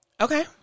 Okay